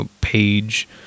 page